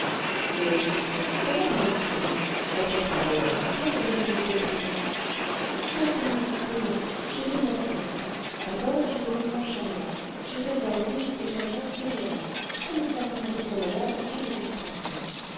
mais j'y songe comment allez-vous faire votre travail va souffrir de vos visites aux prisons oh que non que non j'ai fait mon compte d'abord j'ai mes dimanches à moi j'irai voir louise et germain ces jours-là ça me servira de promenade et de distraction